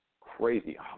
crazy